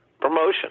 promotion